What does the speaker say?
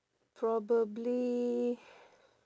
probably